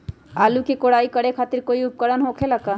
आलू के कोराई करे खातिर कोई उपकरण हो खेला का?